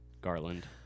Garland